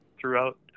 throughout